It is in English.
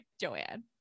Joanne